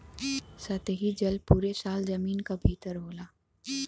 सतही जल पुरे साल जमीन क भितर होला